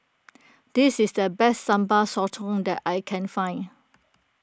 this is the best Sambal Sotong that I can find